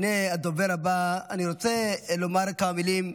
לפני הדובר הבא אני רוצה לומר כמה מילים.